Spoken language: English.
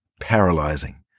paralyzing